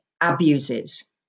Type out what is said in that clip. abuses